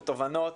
בתובנות.